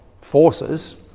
forces